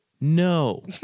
No